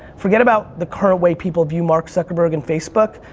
forget about the current way people view mark zuckerberg and facebook,